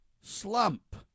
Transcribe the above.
slump